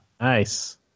Nice